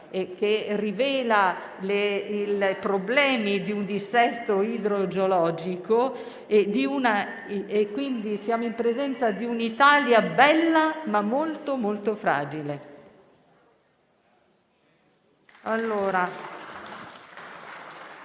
ha rivelato i problemi del dissesto idrogeologico. Siamo pertanto in presenza di un'Italia bella, ma molto, molto fragile.